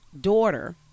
daughter